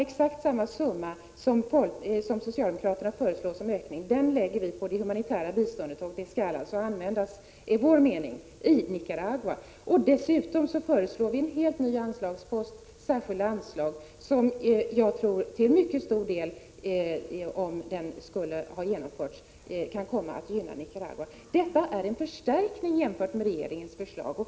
Exakt samma summa som socialdemokraterna föreslår som ökning lägger vi på det humanitära biståndet, och den skall alltså enligt vår mening användas i Nicaragua. Dessutom föreslår vi en helt ny anslagspost, Särskilda anslag, och jag tror att det anslaget, om det införs, till mycket stor del kan komma att gynna Nicaragua. Detta är en förstärkning jämfört med regeringens förslag.